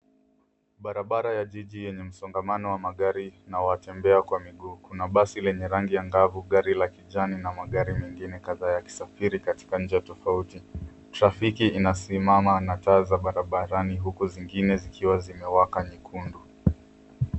Barabara ya jiji yenye msongamano wa magari na watembea kwa miguu. Kuna basi lenye rangi ya ngavu, gari la kijani na magari mengine kadhaa yakisafiri katika njia tofauti. Trafiki inasimama na taa za barabarani huku zingine zikiwa zimewaka nyekundu.